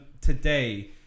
today